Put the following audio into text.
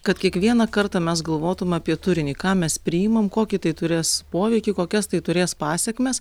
kad kiekvieną kartą mes galvotum apie turinį ką mes priimam kokį tai turės poveikį kokias tai turės pasekmes